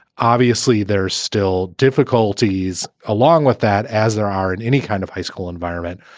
obviously, there are still difficulties along with that as there are in any kind of high school environment.